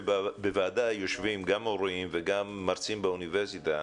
שבוועדה יושבים גם מורים וגם מרצים באוניברסיטה.